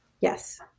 Yes